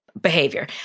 behavior